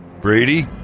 Brady